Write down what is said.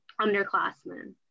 underclassmen